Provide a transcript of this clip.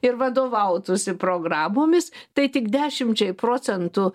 ir vadovautųsi programomis tai tik dešimčiai procentų